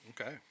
Okay